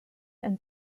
and